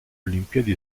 olimpiadi